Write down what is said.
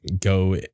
go